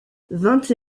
vingt